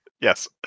Yes